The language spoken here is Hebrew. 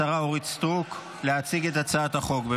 אני מזמין את השרה אורית סטרוק להציג את הצעת החוק בשם שר הכלכלה.